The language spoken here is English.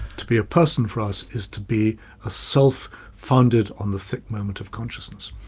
to be a person for us, is to be a self founded on the thick moment of consciousness.